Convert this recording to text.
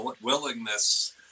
willingness